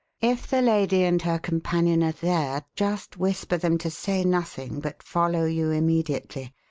if the lady and her companion are there, just whisper them to say nothing, but follow you immediately.